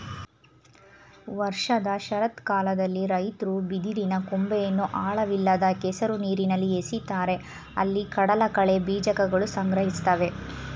ವರ್ಷದ ಶರತ್ಕಾಲದಲ್ಲಿ ರೈತರು ಬಿದಿರಿನ ಕೊಂಬೆಯನ್ನು ಆಳವಿಲ್ಲದ ಕೆಸರು ನೀರಲ್ಲಿ ಎಸಿತಾರೆ ಅಲ್ಲಿ ಕಡಲಕಳೆ ಬೀಜಕಗಳು ಸಂಗ್ರಹಿಸ್ತವೆ